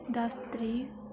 दस तरीक